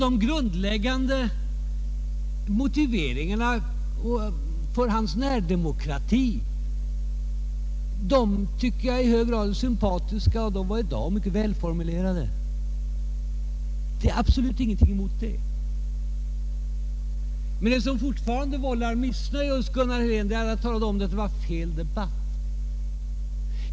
Jag tycker att hans motiveringar för närdemokrati är sympatiska och att de i dag var mycket välformulerade. Jag har absolut ingenting att invända mot dem. Herr Helén är emellertid fortfarande missnöjd med att jag sagt att han fört ”fel” debatt.